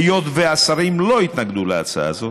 היות שהשרים לא התנגדו להצעה הזאת,